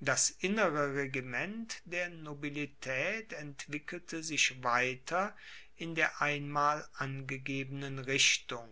das innere regiment der nobilitaet entwickelte sich weiter in der einmal angegebenen richtung